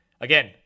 Again